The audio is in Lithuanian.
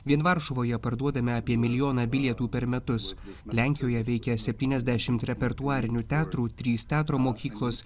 vien varšuvoje parduodame apie milijoną bilietų per metus lenkijoje veikia septyniasdešimt repertuarinių teatrų trys teatro mokyklos